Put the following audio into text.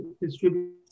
distribute